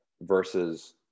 versus